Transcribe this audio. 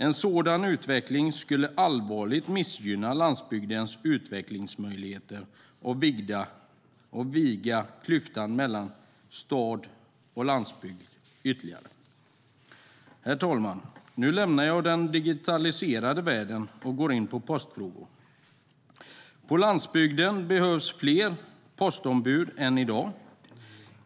En sådan utveckling skulle allvarligt missgynna landsbygdens utvecklingsmöjligheter och vidga klyftan mellan stad och landsbygd ytterligare. Herr talman! Nu lämnar jag den digitaliserade världen och går in på postfrågor. På landsbygden behövs fler postombud än i dag.